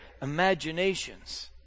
imaginations